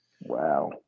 Wow